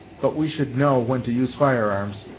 but we should know when to use firearms,